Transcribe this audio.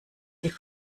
sie